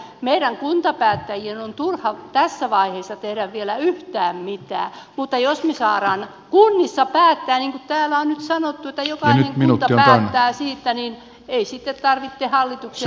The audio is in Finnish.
meidän kuntapäättäjien on turha tässä vaiheessa tehdä vielä yhtään mitään mutta jos me saamme kunnissa päättää niin kuin täällä on nyt sanottu että jokainen kunta päättää siitä niin ei sitten tarvitse hallituksen olla puhumassa mitään